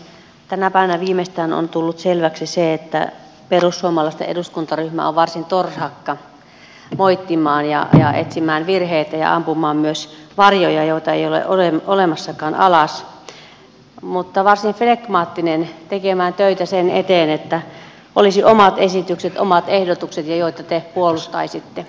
tänä päivänä viimeistään on tullut selväksi se että perussuomalaisten eduskuntaryhmä on varsin torhakka moittimaan ja etsimään virheitä ja ampumaan alas myös varjoja joita ei ole olemassakaan mutta varsin flegmaattinen tekemään töitä sen eteen että olisi omat esitykset omat ehdotukset joita te puolustaisitte